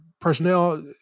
personnel